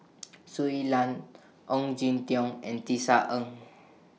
Shui Lan Ong Jin Teong and Tisa Ng